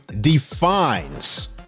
defines